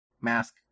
mask